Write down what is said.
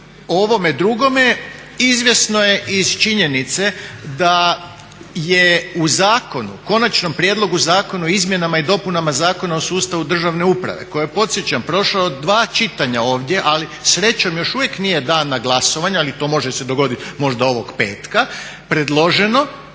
ovome drugome izvjesno je iz činjenice da je u zakonu, konačnom prijedlogu zakona o izmjenama i dopunama Zakona o sustavu državne uprave koji je podsjećam prošao dva čitanja ovdje ali srećom još uvijek nije dan na glasovanje ali to može se dogoditi možda ovog petka predloženo